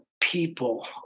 people